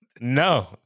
no